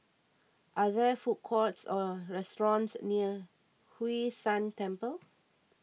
are there food courts or restaurants near Hwee San Temple